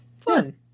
fun